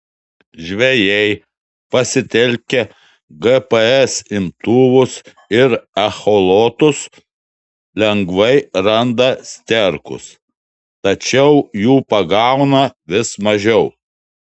žvejai pasitelkę gps imtuvus ir echolotus lengvai randa sterkus tačiau jų pagauna vis mažiau